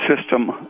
system